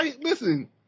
Listen